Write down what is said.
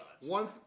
One